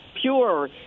pure